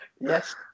yes